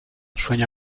sueña